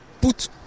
put